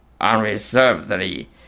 unreservedly